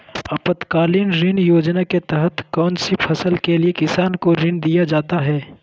आपातकालीन ऋण योजना के तहत कौन सी फसल के लिए किसान को ऋण दीया जाता है?